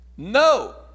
No